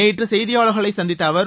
நேற்று செய்தியாளர்களை சந்தித்த அவர்